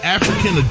African